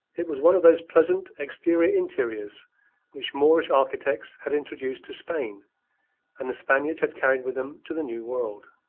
it was one of those pleasant exterior-interiors which moorish architects had introduced to spain and the spaniards had carried with them to the new world.